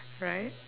right